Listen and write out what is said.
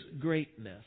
greatness